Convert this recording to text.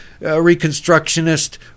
Reconstructionist